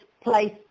place